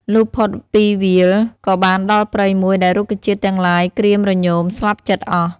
លុះផុតពីវាល ក៏បានដល់ព្រៃមួយដែលរុក្ខជាតិទាំងឡាយក្រៀមរញមស្លាប់ជិតអស់ ។